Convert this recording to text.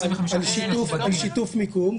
על שיתוף מיקום,